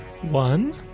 One